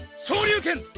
shoryuken.